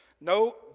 No